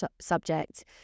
subject